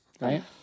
right